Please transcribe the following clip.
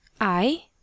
I